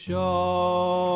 Show